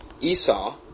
Esau